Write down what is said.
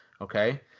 okay